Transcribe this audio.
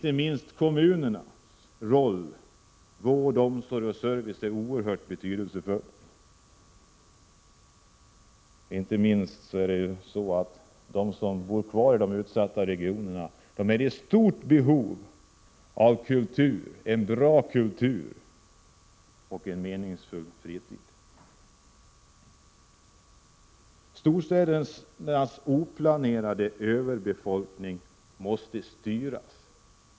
Kommunernas roll när det gäller vård, omsorg och service är oerhört betydelsefull. De som bor kvar i de utsatta regionerna är i stort behov av en bra kultur och en meningsfull fritid. Storstädernas oplanerade överbefolkning måste styras.